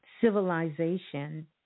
civilization